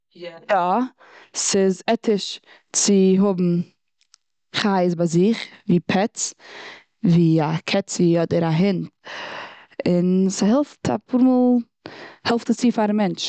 יא, ס'איז עטיש צו האבן חיות ביי זיך, ווי פעטס. ווי א קעצי, אדער א הונט. און ס'העלפט אפאר מאל, העלפט עס צו פארן מענטש.